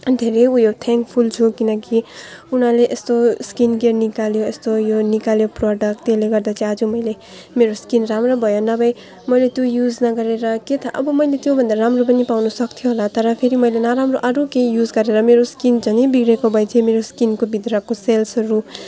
धेरै ऊ यो थ्याङ्कफुल छु किनकि उनीहरूले यस्तो स्किन केयर निकाल्यो यस्तो यो निकाल्यो प्रडक्ट त्यसले गर्दा चाहिँ आज मैले मेरो स्किन राम्रो भयो नभए मैले त्यो युज नगरेर के थाहा अब मैले त्योभन्दा राम्रो पनि पाउनु सक्थेँ होला तर फेरि मैले नराम्रो अरू केही युज गरेर मेरो स्किन झनै बिग्रिएको भए चाहिँ मेरो स्किनको भित्रको सेल्सहरू